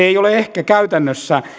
ei ole ehkä käytännössä